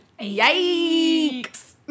Yikes